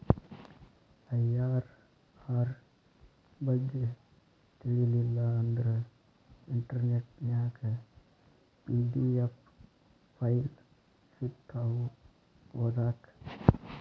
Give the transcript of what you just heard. IRR ಬಗ್ಗೆ ತಿಳಿಲಿಲ್ಲಾ ಅಂದ್ರ ಇಂಟರ್ನೆಟ್ ನ್ಯಾಗ ಪಿ.ಡಿ.ಎಫ್ ಫೈಲ್ ಸಿಕ್ತಾವು ಓದಾಕ್